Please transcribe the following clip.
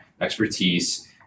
expertise